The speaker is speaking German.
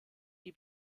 die